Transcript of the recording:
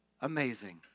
amazing